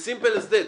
as simple as that.